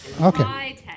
Okay